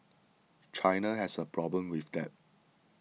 China has a problem with debt